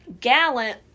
Gallant